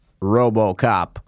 RoboCop